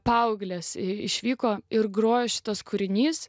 paauglės išvyko ir grojo šitas kūrinys